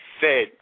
fed